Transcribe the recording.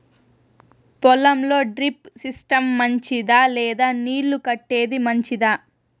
పొలం లో drip system మంచిదా లేదా నీళ్లు కట్టేది మంచిదా?